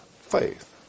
faith